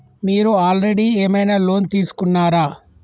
మీరు ఆల్రెడీ ఏమైనా లోన్ తీసుకున్నారా?